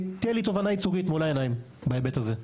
ותהיה לי תובענה ייצוגית מול העיניים בהיבט הזה.